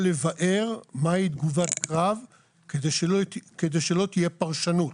לבאר מהי תגובת קרב כדי שלא תהיה פרשנות.